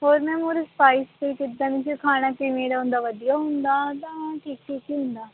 ਹੋਰ ਮੈਮ ਉਰੇ ਸਫਾਈ ਸਫੁਈ ਕਿੱਦਾਂ ਦੀ ਜੀ ਖਾਣਾ ਕਿਵੇਂ ਦਾ ਹੁੰਦਾ ਵਧੀਆ ਹੁੰਦਾ ਜਾਂ ਠੀਕ ਠੀਕ ਹੀ ਹੁੰਦਾ